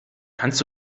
kannst